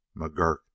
McGurk